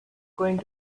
going